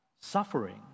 Suffering